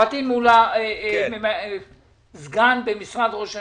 פטין מולא, סגן שר במשרד ראש הממשלה,